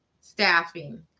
Staffing